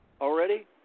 already